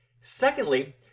Secondly